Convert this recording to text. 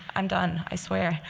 i'm done, i swear,